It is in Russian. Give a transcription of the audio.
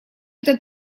эта